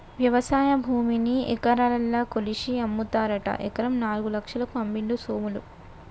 వ్యవసాయ భూమిని ఎకరాలల్ల కొలిషి అమ్ముతారట ఎకరం నాలుగు లక్షలకు అమ్మిండు సోములు